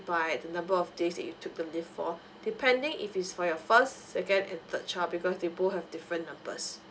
by the number of days that you took the leave for depending if it's for your first second and third child because they both have different numbers